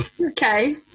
Okay